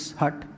hut